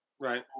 Right